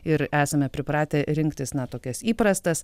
ir esame pripratę rinktis na tokias įprastas